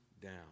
down